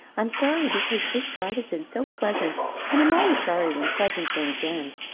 i'm sorry because this drive has been so pleasant and i'm always sorry when pleasant things end.